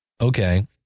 Okay